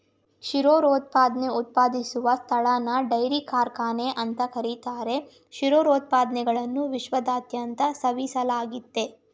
ಕ್ಷೀರೋತ್ಪನ್ನ ಉತ್ಪಾದಿಸುವ ಸ್ಥಳನ ಡೈರಿ ಕಾರ್ಖಾನೆ ಅಂತ ಕರೀತಾರೆ ಕ್ಷೀರೋತ್ಪನ್ನಗಳನ್ನು ವಿಶ್ವದಾದ್ಯಂತ ಸೇವಿಸಲಾಗ್ತದೆ